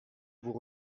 vous